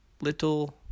little